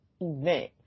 event